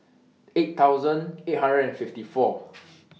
eight thousand eight hundred and fifty four